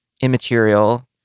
immaterial